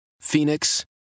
Phoenix